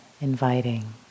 inviting